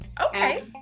Okay